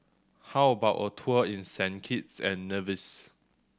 how about a tour in Saint Kitts and Nevis